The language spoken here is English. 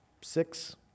six